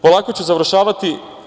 Polako ću završavati.